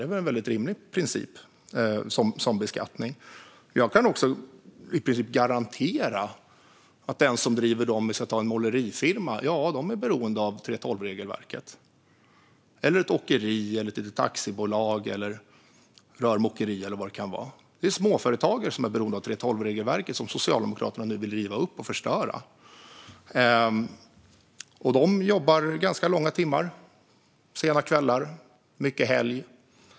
Det är en väldigt rimlig princip för beskattning. Jag kan i princip garantera att den som driver en målerifirma är beroende av 3:12-regelverket, ett åkeri, ett litet aktiebolag, ett rörmokeri eller vad det kan vara. Det är småföretagare som är beroende av 3:12-regelverket som Socialdemokraterna nu vill riva upp och förstöra. De jobbar ganska långa timmar, sena kvällar och mycket helg.